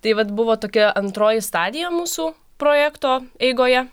tai vat buvo tokia antroji stadija mūsų projekto eigoje